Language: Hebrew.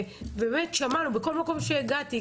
בכל מקום אליו הגעתי,